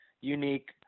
unique